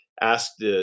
asked